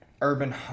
urban